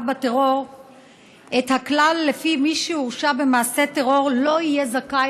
בטרור את הכלל שלפיו מי שהורשע במעשה טרור לא יהיה זכאי